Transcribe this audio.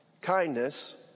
kindness